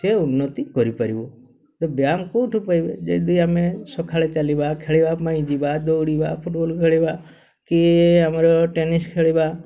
ସେ ଉନ୍ନତି କରିପାରିବ ବ୍ୟାୟାମ କୋଉଠୁ ପାଇବେ ଯଦି ଆମେ ସକାଳେ ଚାଲିବା ଖେଳିବା ପାଇଁ ଯିବା ଦୌଡ଼ିବା ଫୁଟବଲ୍ ଖେଳିବା କି ଆମର ଟେନିସ୍ ଖେଳିବା